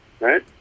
right